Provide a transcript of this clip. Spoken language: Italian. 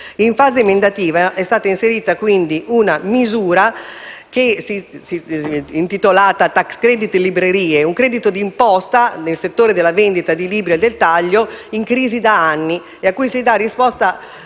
In fase emendativa è stata inserita quindi una misura intitolata *tax credit* per le librerie, ovvero un credito di imposta nel settore della vendita di libri al dettaglio in crisi da anni e a cui si dà risposta